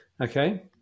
Okay